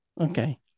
Okay